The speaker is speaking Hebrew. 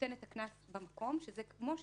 נותן את הקנס במקום שזה כמו שאמרתי,